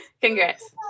Congrats